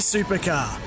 Supercar